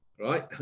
right